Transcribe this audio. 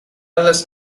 eldest